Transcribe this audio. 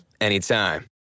anytime